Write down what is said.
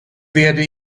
werde